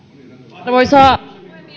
arvoisa puhemies